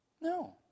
No